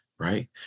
Right